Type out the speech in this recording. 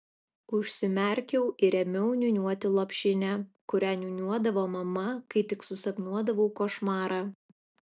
užsimerkiau ir ėmiau niūniuoti lopšinę kurią niūniuodavo mama kai tik susapnuodavau košmarą